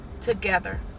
together